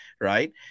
Right